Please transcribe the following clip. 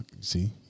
See